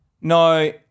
No